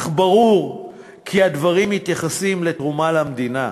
אך ברור שהדברים מתייחסים לתרומה למדינה,